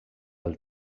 del